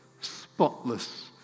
spotless